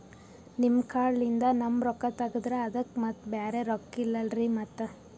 ನಿಮ್ ಕಾರ್ಡ್ ಲಿಂದ ನಮ್ ರೊಕ್ಕ ತಗದ್ರ ಅದಕ್ಕ ಮತ್ತ ಬ್ಯಾರೆ ರೊಕ್ಕ ಇಲ್ಲಲ್ರಿ ಮತ್ತ?